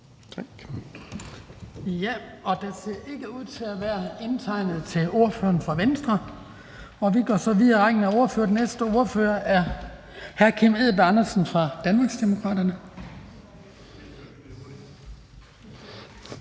indtegnet til korte bemærkninger til ordføreren for Venstre. Vi går så videre i rækken af ordførere, og den næste ordfører er hr. Kim Edberg Andersen fra Danmarksdemokraterne.